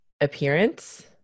appearance